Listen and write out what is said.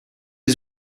was